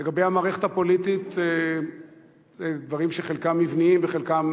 לגבי המערכת הפוליטית, דברים שחלקם מבניים וחלקם